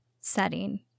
setting